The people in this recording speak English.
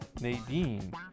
Nadine